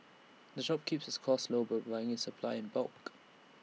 the shop keeps its costs low by buying its supplies in bulk